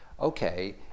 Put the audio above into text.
Okay